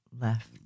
left